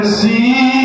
see